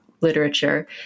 literature